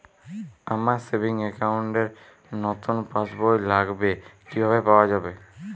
আমার savings account র নতুন পাসবই লাগবে, কিভাবে পাওয়া যাবে?